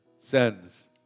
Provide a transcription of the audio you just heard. sends